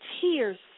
tears